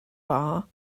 bar